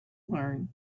learn